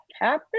happen